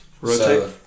Rotate